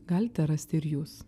galite rasti ir jūs